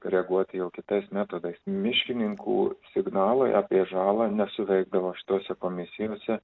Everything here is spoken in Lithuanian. reaguot jau kitais metodais miškininkų signalai apie žalą nesuveikdavo šitose komisijose